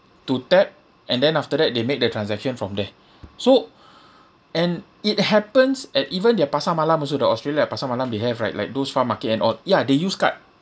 to tap and then after that they make the transaction from there so and it happens at even their pasar malam also the australia at pasar malam they have right like those farm market and all ya they use card